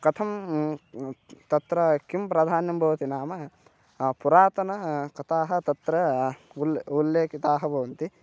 कथं तत्र किं प्राधान्यं भवति नाम पुरातनकथाः तत्र उल् उल्लेखिताः भवन्ति